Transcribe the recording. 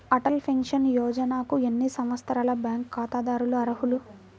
Atal pension యోజనకు ఎన్ని సంవత్సరాల బ్యాంక్ ఖాతాదారులు అర్హులు?